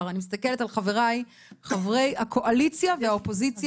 אני מסתכלת על חבריי, חברי הקואליציה והאופוזיציה.